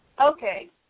Okay